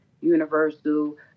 Universal